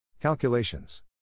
Calculations